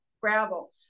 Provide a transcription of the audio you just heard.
gravel